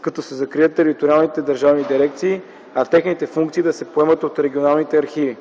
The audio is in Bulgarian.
като се закрият териториалните държавни дирекции, а техните функции да се поемат от регионалните архиви.